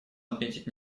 отметить